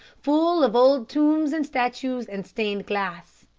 full of old tombs and statues and stained glass.